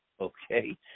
Okay